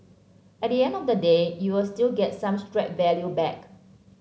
at the end of the day you'll still get some scrap value back